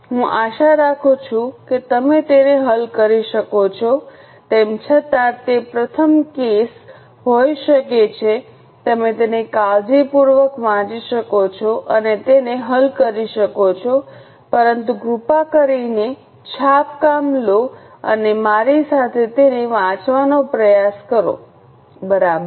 હું આશા રાખું છું કે તમે તેને હલ કરી શકો છો તેમ છતાં તે પ્રથમ કેસ હોઈ શકે છે તમે તેને કાળજીપૂર્વક વાંચી શકો છો અને તેને હલ કરી શકો છો પરંતુ કૃપા કરીને છાપ કામ લો અને મારી સાથે તેને વાંચવાનો પ્રયાસ કરો બરાબર